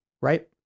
right